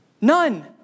None